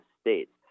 States